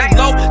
low